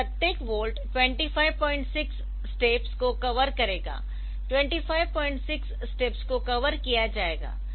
तो प्रत्येक volt 256 steps को कवर करेगा 256 स्टेप्स को कवर किया जाएगा